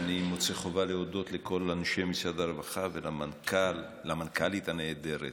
ואני מוצא חובה להודות לכל אנשי משרד הרווחה ולמנכ"לית הנהדרת